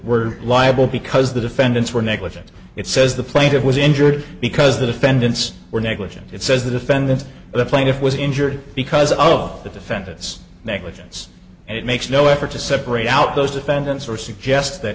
were liable because the defendants were negligent it says the plaintiff was injured because the defendants were negligent it says the defendant the plaintiff was injured because of the defendant's negligence and it makes no effort to separate out those defendants or suggest that